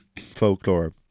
folklore